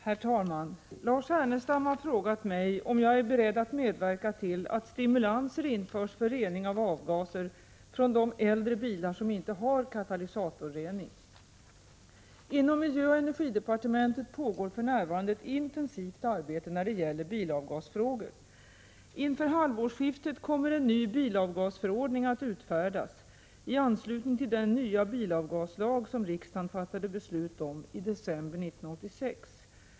Herr talman! Lars Ernestam har frågat mig om jag är beredd att medverka till att stimulanser införs för rening av avgaser från de äldre bilar som inte har katalysatorrening. Inom miljöoch energidepartementet pågår för närvarande ett intensivt arbete med bilavgasfrågor: Inför halvårsskiftet kommer en ny bilavgasförordning att utfärdas i anslutning till den nya bilavgaslag som riksdagen fattade beslut om i december 1986.